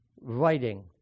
writing